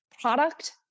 product